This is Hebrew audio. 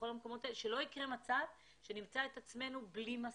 שלא יקרה מצב שנמצא את עצמנו בלי מסיכות,